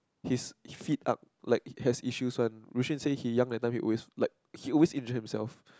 his feet arch like has issues one Ru-Xuan say he young that time he always like he always injury himself